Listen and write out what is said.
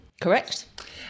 correct